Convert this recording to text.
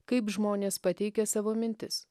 kaip žmonės pateikia savo mintis